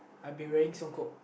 I'll be wearing songkok